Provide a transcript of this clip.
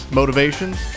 motivations